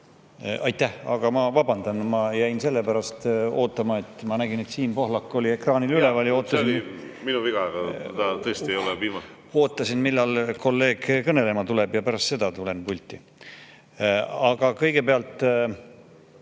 Aitäh! Aga ma vabandan, ma jäin selle pärast ootama, et ma nägin, et Siim Pohlaku [nimi] oli ekraanil üleval, ja ootasin